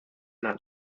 not